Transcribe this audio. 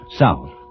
south